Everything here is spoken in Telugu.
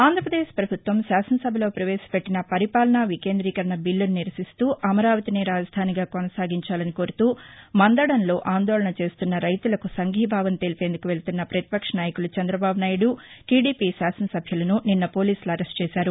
ఆంధ్రప్రదేశ్ ప్రభుత్వం శాసనసభలో ప్రవేశపెట్టిన పరిపాలనా వికేందీకరణ బిల్లును నిరసిస్తూ అమరావతినే రాజధానిగా కొనసాగించాలని కోరుతూ మందడంలో ఆందోళన చేస్తున్న రైతులకు సంఘీభావం తెలిపేందుకు వెళ్తున్న ప్రతిపక్ష నాయకులు చంద్రబాబునాయుడు టీడిపి శాసన సభ్యులను నిన్న పోలీసులు అరెస్ట్ చేశారు